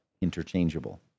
interchangeable